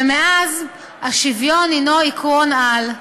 מאז השוויון הנו עקרון-על,